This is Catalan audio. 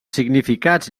significats